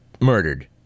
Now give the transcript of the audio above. Murdered